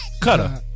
Cutter